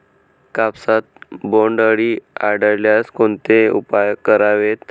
कापसात बोंडअळी आढळल्यास कोणते उपाय करावेत?